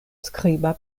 skriba